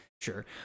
Sure